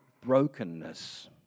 brokenness